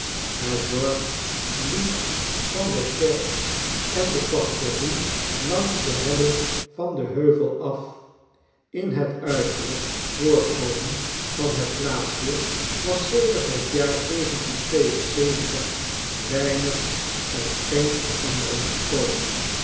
het dorp hep van de kerk en de pastorielangsde helling van den heuvel af in het uiterlyk voorkomen van het plaatsje was sedert het jaar weinig of geen verandering gekomen